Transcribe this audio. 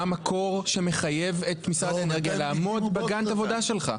מה המקור שמחייב את משרד האנרגיה לעמוד בגאנט העבודה שלך?